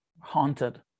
haunted